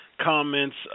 comments